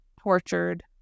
tortured